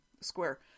square